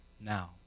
now